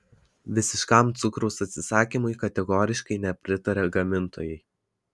visiškam cukraus atsisakymui kategoriškai nepritaria gamintojai